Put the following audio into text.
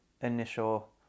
initial